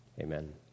Amen